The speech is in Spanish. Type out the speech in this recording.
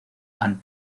han